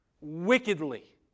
Wickedly